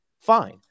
Fine